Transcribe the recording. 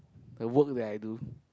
the work that I do